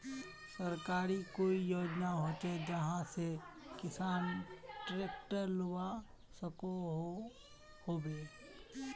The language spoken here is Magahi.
सरकारी कोई योजना होचे जहा से किसान ट्रैक्टर लुबा सकोहो होबे?